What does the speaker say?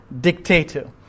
dictator